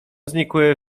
znikły